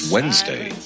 Wednesday